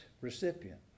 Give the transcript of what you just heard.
recipient